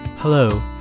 Hello